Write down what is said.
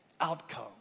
outcome